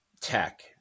tech